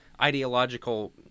ideological